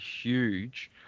huge